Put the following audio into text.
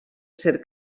ser